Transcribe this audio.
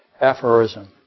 aphorism